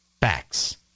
facts